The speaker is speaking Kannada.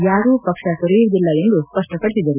ಯಾರೂ ಪಕ್ಷ ತೊರೆಯುವುದಿಲ್ಲ ಎಂದು ಸ್ಪಷ್ಟಪಡಿಸಿದರು